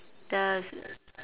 does